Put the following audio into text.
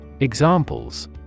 Examples